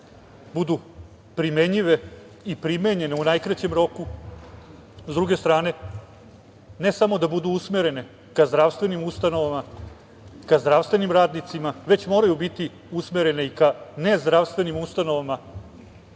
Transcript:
budu primenjive i primenjene u najkraćem roku. S druge strane, ne samo da budu usmerene ka zdravstvenim ustanovama, ka zdravstvenim radnicima, već moraju biti usmerene i ka ne zdravstvenim ustanovama,